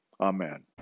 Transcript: Amen